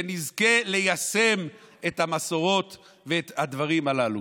שנזכה ליישם את המסורות ואת הדברים הללו.